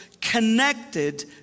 connected